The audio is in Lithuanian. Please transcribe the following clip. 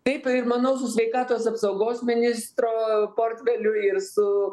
taip ir manau sveikatos apsaugos ministro portfeliu ir su